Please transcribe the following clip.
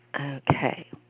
Okay